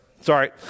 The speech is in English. sorry